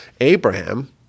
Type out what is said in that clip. Abraham